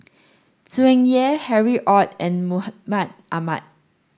Tsung Yeh Harry Ord and Mahmud Ahmad